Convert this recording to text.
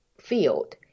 field